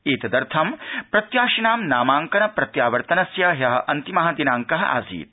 एतदर्थं प्रत्याशिनां नामांकन प्रत्यावर्तनस्य ह्यः अन्तिम दिनांक आसीत्